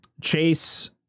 Chase